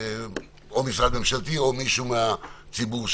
ומשרד ממשלתי או מישהו מהציבור.